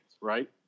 right